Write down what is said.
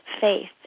faith